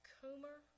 Coomer